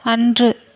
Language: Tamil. அன்று